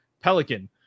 pelican